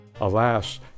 Alas